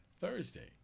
Thursday